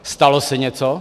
Stalo se něco?